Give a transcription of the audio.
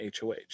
hoh